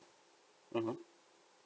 mmhmm